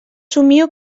somio